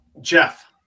Jeff